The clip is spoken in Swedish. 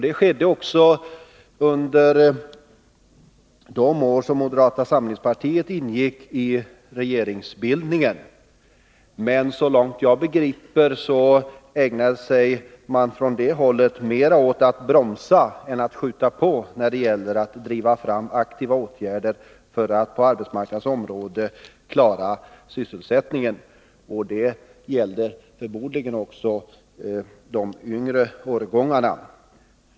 Det skedde också under de år som moderata samlingspartiet ingick i regeringen. Men såvitt jag begriper ägnade man sig från det håller mera åt att bromsa än att driva på när det gällde aktiva åtgärder för att på arbetsmarknadens område klara sysselsättningen. Det gällde förmodligen också de yngre årgångarna.